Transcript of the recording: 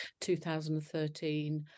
2013